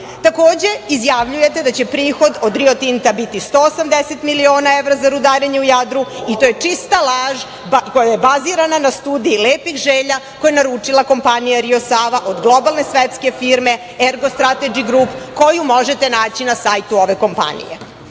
izjavljujete da će prihod od Rio Tinta biti 180 miliona evra za rudarenje u Jadru i to je čista laž koja je bazirana na studiji lepih želja, koju je naručila kompanija Rio Sava od golobalne svetske firme „Ergo Strategy Group“, koju možete naći na sajtu ove kompanije. Gospodo